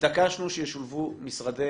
התעקשנו שישולבו משרדי